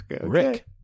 Rick